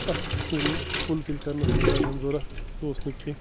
اَتھ یِم فُلفِل کَرنَس منٛز لَگہٕ ہَن ضوٚرَتھ سُہ اوس نہٕ کیٚنٛہہ